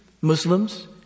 Muslims